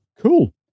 Cool